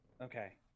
Okay